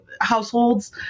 households